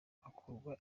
hakorwa